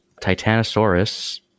Titanosaurus